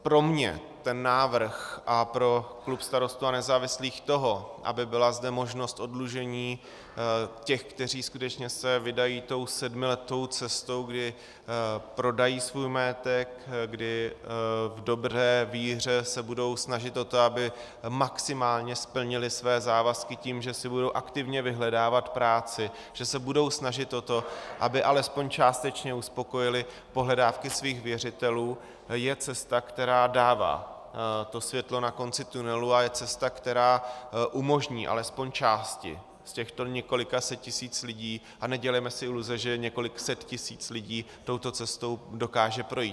Pro mě a pro klub Starostů a nezávislých návrh toho, aby zde byla možnost oddlužení těch, kteří skutečně se vydají tou sedmiletou cestou, kdy prodají svůj majetek, kdy v dobré víře se budou snažit o to, aby maximálně splnili své závazky tím, že si budou aktivně vyhledávat práci, že se budou snažit o to, aby alespoň částečně uspokojili pohledávky svých věřitelů, je cesta, která dává to světlo na konci tunelu, a je cesta, která umožní alespoň části z těchto několika set tisíc lidí a nedělejme si iluze, že několik set tisíc lidí touto cestou dokáže projít.